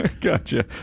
Gotcha